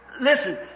listen